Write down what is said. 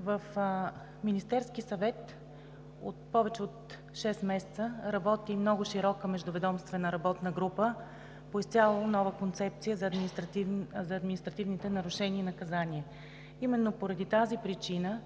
в Министерския съвет работи много широка Междуведомствена работна група по изцяло нова концепция за административните нарушения и наказания. Именно поради тази причина